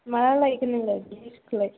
माब्ला लायगोन नोंलाय बे जिनिसखौलाय